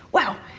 well,